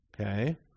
Okay